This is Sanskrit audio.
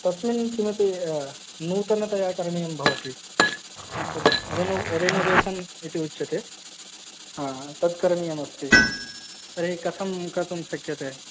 तस्मिन् किमपि नूतनतया करणीयं भवति तद् रेनो रेनोवेसन् इति उच्यते हा तद् करणीयम् अस्ति तर्हि कथं कर्तुं शक्यते